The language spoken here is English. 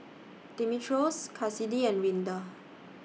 Dimitrios Kassidy and Rinda